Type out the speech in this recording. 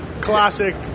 Classic